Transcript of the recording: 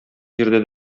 җирдә